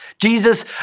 Jesus